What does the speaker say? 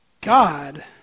God